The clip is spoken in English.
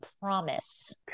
promise